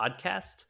podcast